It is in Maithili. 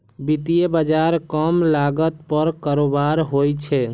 वित्तीय बाजार कम लागत पर कारोबार होइ छै